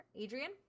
Adrian